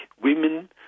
women